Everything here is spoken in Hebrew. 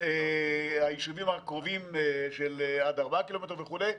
היישובים הקרובים של עד ארבעה קילומטר וכו'.